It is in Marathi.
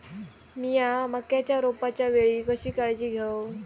मीया मक्याच्या रोपाच्या वेळी कशी काळजी घेव?